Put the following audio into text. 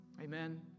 Amen